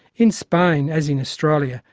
in spain, as in australia,